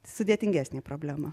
sudėtingesnė problema